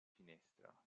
finestra